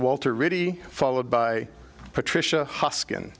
walter really followed by patricia hoskins